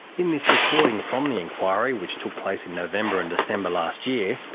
in this recording from the inquiry, which took place in november and december last year,